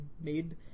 made